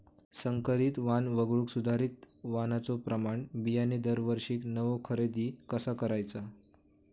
संकरित वाण वगळुक सुधारित वाणाचो प्रमाण बियाणे दरवर्षीक नवो खरेदी कसा करायचो?